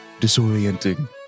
disorienting